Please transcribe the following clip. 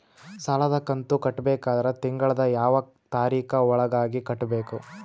ಸಾಲದ ಕಂತು ಕಟ್ಟಬೇಕಾದರ ತಿಂಗಳದ ಯಾವ ತಾರೀಖ ಒಳಗಾಗಿ ಕಟ್ಟಬೇಕು?